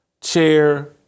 chair